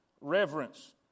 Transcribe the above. Reverence